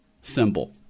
symbol